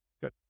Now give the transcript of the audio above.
Good